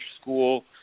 school